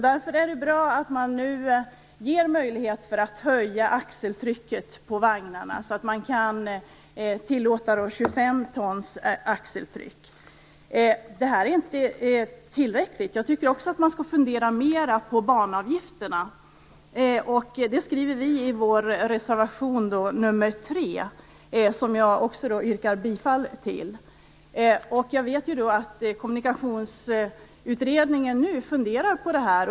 Därför är det bra att vi nu ger möjlighet att höja axeltrycket på vagnarna och tillåter 25 tons axeltryck. Det är inte tillräckligt. Jag tycker också att man skall fundera mera på banavgifterna. Det skriver vi i vår reservation nr 3, som jag också yrkar bifall till. Jag vet att Kommunikationsutredningen funderar på detta.